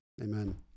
Amen